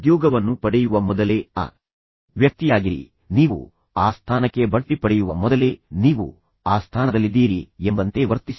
ಉದ್ಯೋಗವನ್ನು ಪಡೆಯುವ ಮೊದಲೇ ಆ ವ್ಯಕ್ತಿಯಾಗಿರಿ ನೀವು ಆ ಸ್ಥಾನಕ್ಕೆ ಬಡ್ತಿ ಪಡೆಯುವ ಮೊದಲೇ ನೀವು ಆ ಸ್ಥಾನದಲ್ಲಿದ್ದೀರಿ ಎಂಬಂತೆ ವರ್ತಿಸಿ